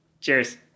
Cheers